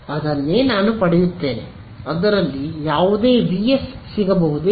ಅದನ್ನೇ ನಾನು ಪಡೆಯುತ್ತೇನೆ ಅದರಲ್ಲಿ ಯಾವುದೇ ವಿ ಎಸ್ ಸಿಗಬಹುದೇ